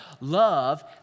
Love